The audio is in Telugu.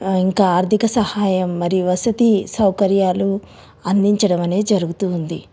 ఇంకా ఆర్థిక సహాయం మరియు వసతి సౌకర్యాలు అందించడం అనేది జరుగుతూ ఉంది